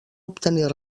obtenir